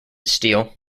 steel